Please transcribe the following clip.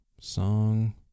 song